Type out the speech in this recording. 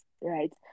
right